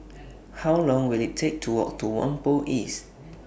How Long Will IT Take to Walk to Whampoa East